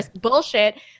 bullshit